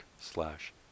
slash